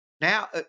now